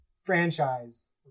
franchise